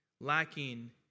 lacking